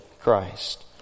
Christ